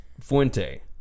Fuente